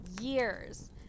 years